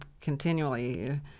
continually